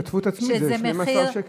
וההשתתפות העצמית זה 12 שקל.